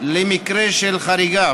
למקרה של חריגה